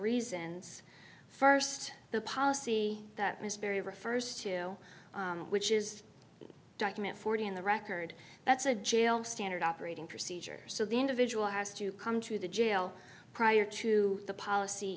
reasons st the policy that ms berry refers to which is the document forty in the record that's a jail standard operating procedure so the individual has to come to the jail prior to the policy